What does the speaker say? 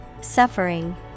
Suffering